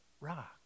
rock